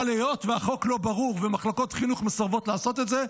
אבל היות שהחוק לא ברור ומחלקות חינוך מסרבות לעשות את זה,